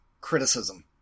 criticism